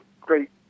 great